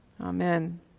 Amen